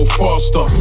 faster